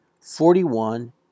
forty-one